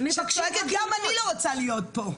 שצועקת "..גם אני לא רוצה להיות פה.."